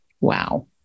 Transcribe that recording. Wow